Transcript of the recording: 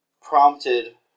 prompted